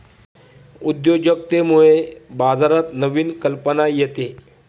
उद्योजकतेमुळे बाजारात नवीन कल्पना येते